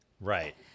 Right